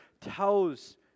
tells